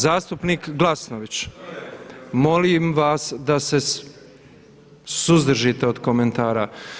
Zastupnik Glasnović, molim vas da se suzdržite od komentara.